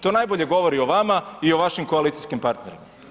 To najbolje govori o vama i o vašim koalicijskim partnerima.